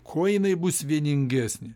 kuo jinai bus vieningesnė